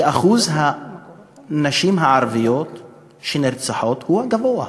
שאחוז הנשים הערביות שנרצחות הוא הגבוה,